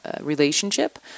relationship